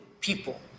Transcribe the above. people